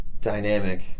dynamic